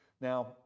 Now